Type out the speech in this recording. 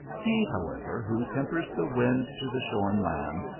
he, however, who tempers the wind to the shorn lamb,